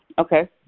Okay